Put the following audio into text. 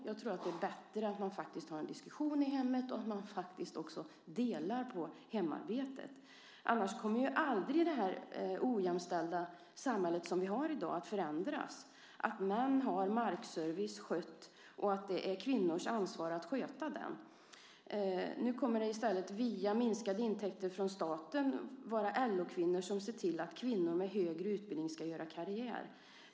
Jag tror att det är bättre att man har en diskussion i hemmet och att man delar på hemarbetet. Annars kommer det ojämställda samhälle som vi har i dag aldrig att förändras, att män har markservicen skött och att det är kvinnors ansvar att sköta den. Nu kommer det i stället via minskade intäkter från staten att vara LO-kvinnor som ser till att kvinnor med högre utbildning ska göra karriär.